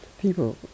people